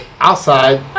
outside